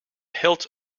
hilt